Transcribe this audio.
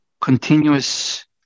continuous